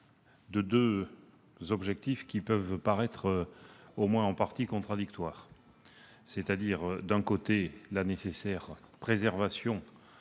à deux objectifs qui peuvent paraître, au moins en partie, contradictoires : d'un côté, la nécessaire préservation